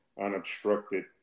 unobstructed